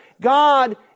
God